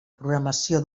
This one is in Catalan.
programació